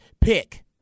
pick